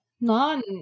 None